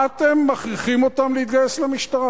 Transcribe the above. מה אתם מכריחים אותם להתגייס למשטרה?